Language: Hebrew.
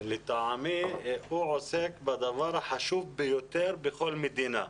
לטעמי הוא עוסק בדבר החשוב ביותר בכל מדינה,